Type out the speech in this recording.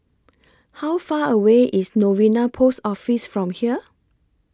How Far away IS Novena Post Office from here